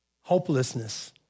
Hopelessness